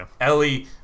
Ellie